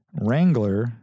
Wrangler